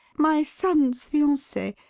my son's fiancee.